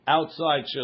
Outside